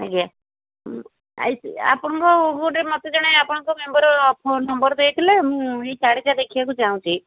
ଆଜ୍ଞା ଆପଣଙ୍କ ଗୋଟେ ମୋତେ ଜଣେ ଆପଣଙ୍କ ମେମ୍ବର୍ ଫୋନ୍ ନମ୍ବର୍ ଦେଇଥିଲେ ମୁଁ ଏହି ଶାଢ଼ୀଟା ଦେଖିବାକୁ ଚାହୁଁଛି